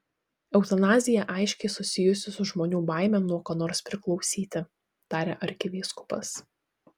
eutanazija aiškiai susijusi su žmonių baime nuo ko nors priklausyti tarė arkivyskupas